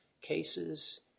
cases